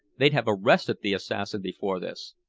they'd have arrested the assassin before this.